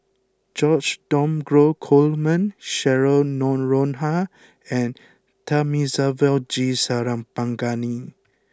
George Dromgold Coleman Cheryl Noronha and Thamizhavel G Sarangapani